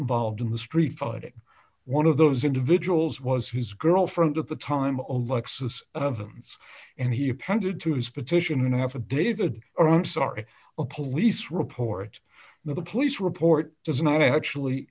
involved in the street fighting one of those individuals was his girlfriend at the time alexis thems and he appended to his petition have a david or i'm sorry a police report and the police report does not actually